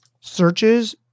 searches